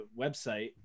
website